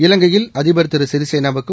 இலங்கையில் அதிபர் திரு சிறிசேனாவுக்கும்